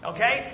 Okay